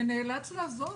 ונאלץ לעזוב.